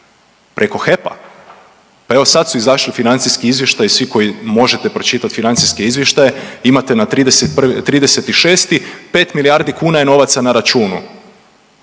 Preko HEP-a? Pa evo sad su izašli financijski izvještaji svi koji možete pročitat financijske izvještaje imate na 36., 5 milijardi kuna je novaca na računu.